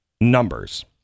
numbers